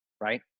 right